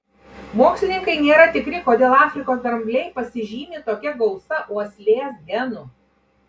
mokslininkai nėra tikri kodėl afrikos drambliai pasižymi tokia gausa uoslės genų